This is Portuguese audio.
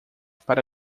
para